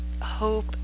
hope